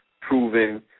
proven